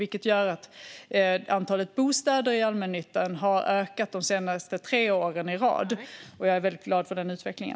Det gör att antalet bostäder i allmännyttan har ökat de senaste tre åren i rad. Jag är väldigt glad för den utvecklingen.